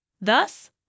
Thus